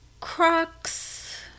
Crocs